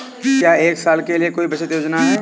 क्या एक साल के लिए कोई बचत योजना है?